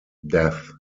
death